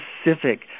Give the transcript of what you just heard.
specific